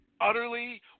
utterly